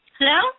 Hello